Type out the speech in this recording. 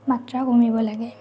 মাত্ৰা কমিব লাগে